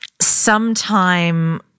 Sometime